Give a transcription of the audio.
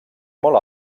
molt